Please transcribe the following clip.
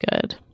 good